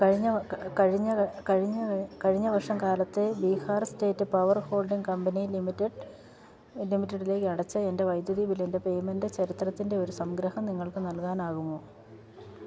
കഴിഞ്ഞ വർഷകാലത്ത് Bihar state power holding company ലിമിറ്റഡിലേക്കടച്ച എൻ്റെ വൈദ്യുതി ബില്ലിൻ്റെ പേയ്മെൻ്റ് ചരിത്രത്തിൻ്റെ ഒരു സംഗ്രഹം നിങ്ങൾക്ക് നൽകാനാകുമോ